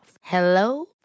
Hello